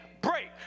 break